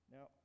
Now